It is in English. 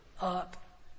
up